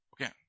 Okay